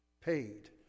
paid